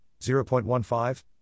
0.15